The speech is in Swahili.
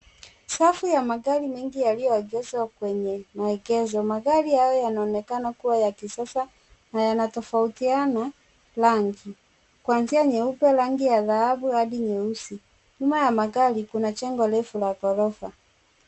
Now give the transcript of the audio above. Safu ya magari mengi yaliyoegeshwa kwenye maegesho. Magari hayo yanaonekana kuwa ya kisasa na yanatofautiana rangi. Kwanzia nyeupe, rangi ya dhahabu hadi nyeusi. Nyuma ya magari kuna jengo refu la ghorofa.